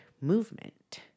movement